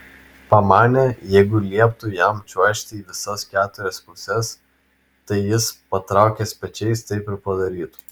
pamanė jeigu lieptų jam čiuožti į visas keturias puses tai jis patraukęs pečiais taip ir padarytų